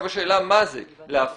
עכשיו השאלה מה זה להפעיל?